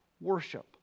worship